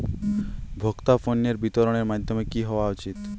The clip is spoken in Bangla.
ভোক্তা পণ্যের বিতরণের মাধ্যম কী হওয়া উচিৎ?